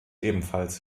ebenfalls